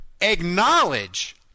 acknowledge